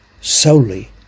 solely